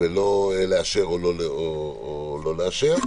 ולא לאשר או לא לאשר.